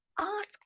Ask